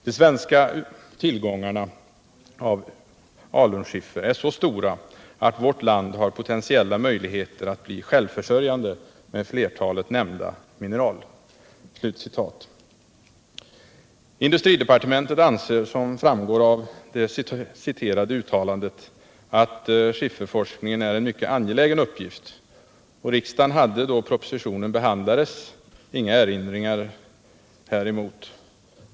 De svenska tillgångarna av alunskiffer är så stora att vårt land har potentiella möjligheter att bli självförsörjande med flertalet nämnda mineral.” Industridepartementet anser — som framgår av det citerade uttalandet — att skifferforskningen är en mycket angelägen uppgift, och riksdagen hade då propositionen behandlades inga erinringar häremot.